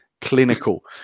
clinical